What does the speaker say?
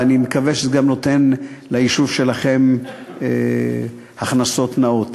ואני מקווה שזה גם נותן ליישוב שלכם הכנסות נאות.